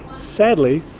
sadly,